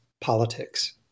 politics